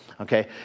okay